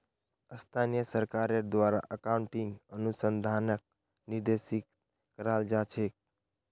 स्थानीय सरकारेर द्वारे अकाउन्टिंग अनुसंधानक निर्देशित कराल जा छेक